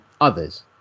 others